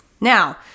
Now